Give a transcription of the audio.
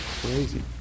crazy